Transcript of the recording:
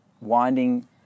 winding